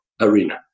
arena